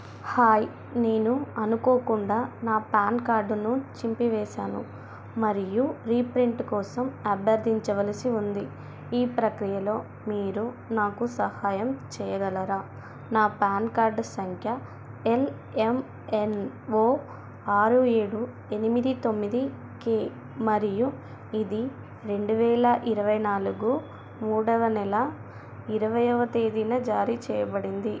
hi నేను అనుకోకుండా నా పాన్ కార్డును చింపివేశాను మరియు రీప్రింట్ కోసం అభ్యర్థించవలసి ఉంది ఈ ప్రక్రియలో మీరు నాకు సహాయం చేయగలరా నా పాన్ కార్డ్ సంఖ్య ఎల్ ఎమ్ ఎన్ ఓ ఆరు ఏడు ఎనిమిది తొమ్మిది కే మరియు ఇది రెండు వేల ఇరవై నాలుగు మూడవ నెల ఇరవైయవ తేదీన జారీ చేయబడింది